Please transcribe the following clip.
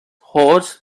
horse